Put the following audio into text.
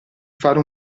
fare